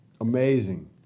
Amazing